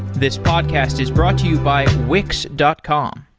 this podcast is brought to you by wix dot com.